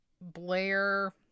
Blair